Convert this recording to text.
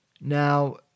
Now